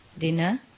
Dinner